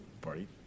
Party